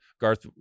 Garth